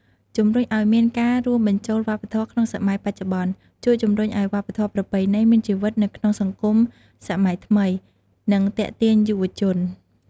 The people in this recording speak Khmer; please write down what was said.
ជំរុញអោយមានការរួមបញ្ចូលវប្បធម៌ក្នុងសម័យបច្ចុប្បន្ន ជួយជំរុញឲ្យវប្បធម៌ប្រពៃណីមានជីវិតនៅក្នុងសង្គមសម័យថ្មី និងទាក់ទាញយុវជន។